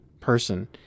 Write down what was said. person